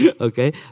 Okay